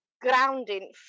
grounding